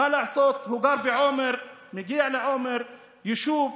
מה לעשות, הוא גר בעומר, מגיע לעומר, יישוב